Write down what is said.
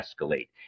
escalate